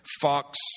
Fox